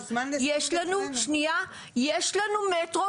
יש לנו מטרו,